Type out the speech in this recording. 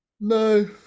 no